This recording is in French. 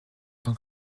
tant